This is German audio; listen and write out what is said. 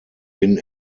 bin